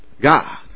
God